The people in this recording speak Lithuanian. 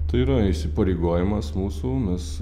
tai yra įsipareigojimas mūsų mes